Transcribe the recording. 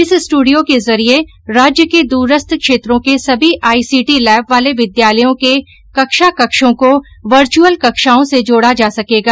इस स्टूडियो के जरिए राज्य के दूरस्थ क्षेत्रों के सभी आईसीटी लैब वाले विद्यालयों के कक्षा कक्षों को वर्चअल कक्षाओं से जोड़ा जा सकेगा